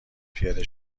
پیاده